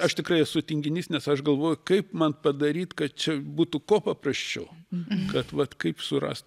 aš tikrai esu tinginys nes aš galvoju kaip man padaryt kad čia būtų ko paprasčiau kad vat kaip surast